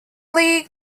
league